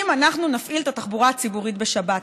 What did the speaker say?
אם אנחנו נפעיל את התחבורה הציבורית בשבת,